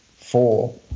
four